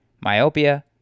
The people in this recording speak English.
myopia